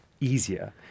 easier